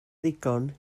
ddigon